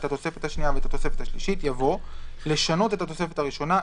את התוספת השנייה ואת התוספת השלישית" יבוא "לשנות את התוספת הראשונה,